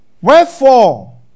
Wherefore